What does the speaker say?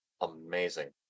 Amazing